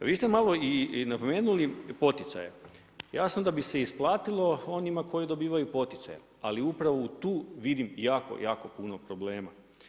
Vi ste malo napomenuli poticaje, jasno da bi se isplatilo onima koji dobivaju poticaj, ali upravo tu vidim jako, jako puno problema.